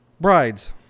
brides